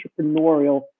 entrepreneurial